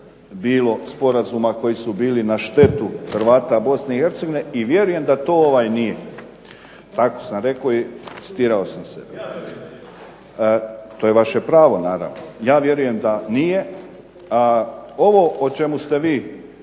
bilo sporazuma koji su bili na štetu Hrvata BiH i vjerujem da to ovaj nije. Tako sam rekao i citirao sam sebe. … /Upadica se ne razumije./… To je vaše pravo, naravno. Ja vjerujem da nije, a ovo o čemu ste vi